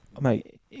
Mate